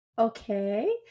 Okay